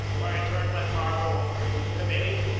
where i turned my cargo over to the committee,